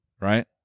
right